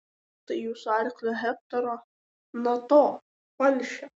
tai jūsų arklio hektoro na to palšio